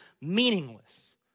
meaningless